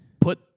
Put